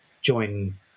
join